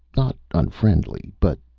not unfriendly, but.